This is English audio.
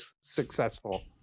successful